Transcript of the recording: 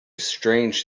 strange